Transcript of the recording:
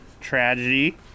tragedy